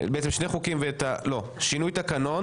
שינוי תקנון.